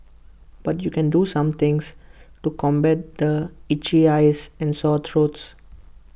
but you can do some things to combat the itching eyes and sore throats